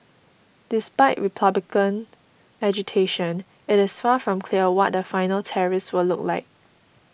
despite Republican agitation it is far from clear what the final tariffs will look like